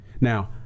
now